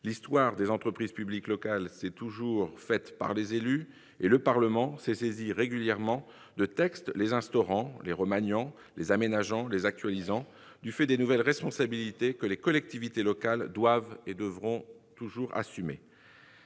L'histoire des entreprises publiques locales s'est toujours faite par les élus, et le Parlement s'est régulièrement saisi de textes les instaurant, les remaniant, les aménageant, les actualisant, du fait des nouvelles responsabilités que les collectivités locales doivent, et devront, assumer.